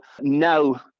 Now